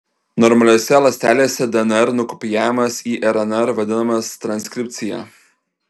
normaliose ląstelėse dnr nukopijavimas į rnr vadinamas transkripcija